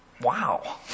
Wow